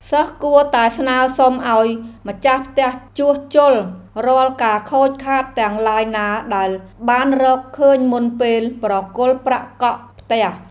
សិស្សគួរតែស្នើសុំឱ្យម្ចាស់ផ្ទះជួសជុលរាល់ការខូចខាតទាំងឡាយណាដែលបានរកឃើញមុនពេលប្រគល់ប្រាក់កក់ផ្ទះ។